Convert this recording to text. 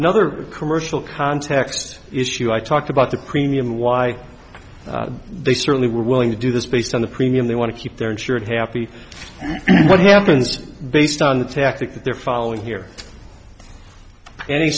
another commercial context issue i talked about the premium why they certainly were willing to do this based on the premium they want to keep their insured happy what happens to based on the tactic that they're following here an